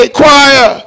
choir